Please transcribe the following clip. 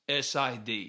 SID